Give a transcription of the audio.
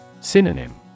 Synonym